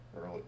early